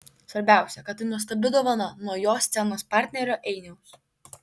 svarbiausia kad tai nuostabi dovana nuo jo scenos partnerio einiaus